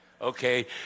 Okay